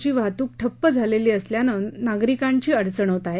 ची वाहतूक ठप्प झालेली असल्यानं नागरिकांची अडचण होत आहे